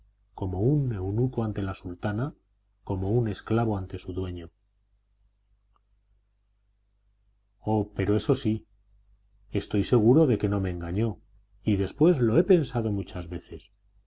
como un eunuco ante la sultana como un esclavo ante su dueño oh pero eso sí estoy seguro de que no me engaño y después lo he pensado muchas veces